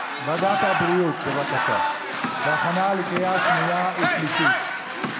להעביר את הצעת חוק זכויות החולה (תיקון,